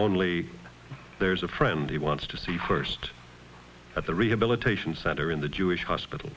only there's a friend he wants to see first at the rehabilitation center in the jewish hospital